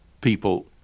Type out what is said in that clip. people